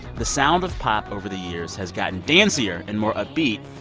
the sound of pop over the years has gotten dancier, and more upbeat.